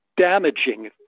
damaging